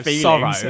sorrow